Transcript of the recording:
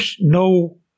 no